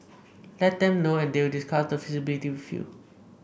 let them know and they will discuss the feasibility with you